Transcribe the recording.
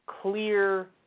clear